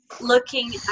looking